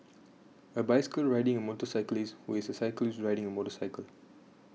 a bicycle riding a motorcyclist who is a cyclist riding a motorcycle